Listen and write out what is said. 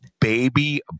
baby